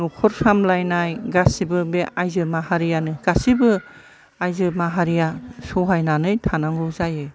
नखर सामलायनाय बे गासैबो बे आयजो माहारियानो गासैबो आयजो माहारिया सहायनानै थानांगौ जायो